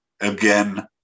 again